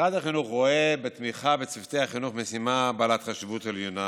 משרד החינוך רואה בתמיכה בצוותי החינוך משימה בעלת חשיבות עליונה.